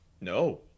No